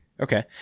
Okay